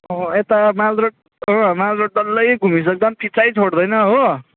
यता mall road mall road डल्लै घुमिसक्दा पनि पिछै छोड्दैन हो